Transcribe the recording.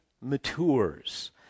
Matures